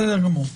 בסדר גמור.